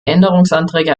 änderungsanträge